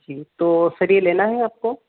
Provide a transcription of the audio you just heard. जी तो सर ये लेना है आपको